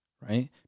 right